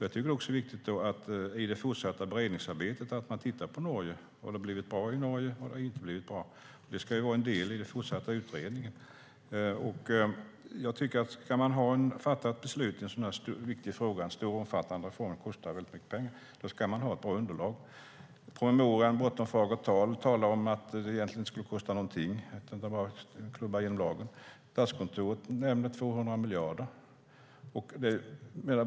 Jag tycker att det är viktigt att man i det fortsatta beredningsarbetet tittar på Norge. Har det blivit bra i Norge, eller har det inte blivit bra? Det ska vara en del i den fortsatta utredningen. Om man ska fatta beslut i en så viktig fråga - det är en stor och omfattande reform som kostar mycket pengar - ska man ha ett bra underlag. I promemorian Bortom fagert tal talas det om att det egentligen inte skulle kosta någonting utan att det bara är att klubba igenom lagen. Statskontoret talar om 200 miljarder.